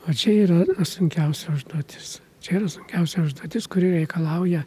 o čia yra sunkiausia užduotis čia yra sunkiausia užduotis kuri reikalauja